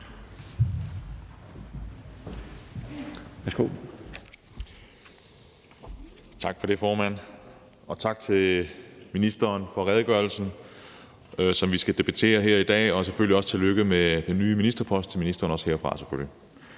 Tak for det, formand, og tak til ministeren for redegørelsen, som vi skal debattere her i dag. Jeg vil selvfølgelig også herfra sige tillykke med den nye ministerpost til ministeren. Det er en redegørelse,